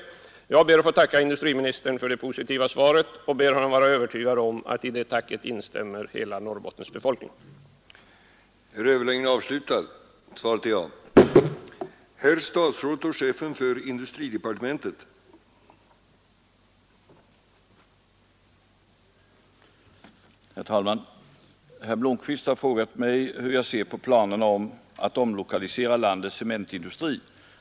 Jag ber än en gång att få tacka industriministern för det positiva svaret på min enkla fråga och ber honom vara övertygad om att hela Norrbottens befolkning instämmer i detta tack.